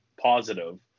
positive